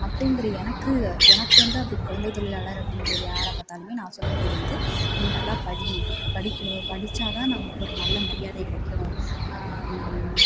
அப்படிங்குற எனக்கு எனக்கு வந்து அப்படி குழந்தை தொழிலாளர் அப்படீங்கிறது யாரை பார்த்தாலுமே நான் சொல்ல வேண்டியது வந்து நீ நல்லா படி படிக்கணும் படித்தாதான் நமக்கு ஒரு நல்ல மரியாதை கிடைக்கும்